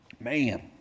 man